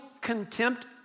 contempt